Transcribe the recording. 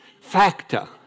factor